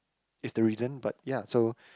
is the reason but ya so